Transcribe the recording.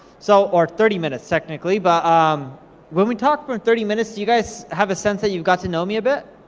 so, or thirty minutes technically, but um when we talked for thirty minutes, do you guys have a sense that you got to know me a bit?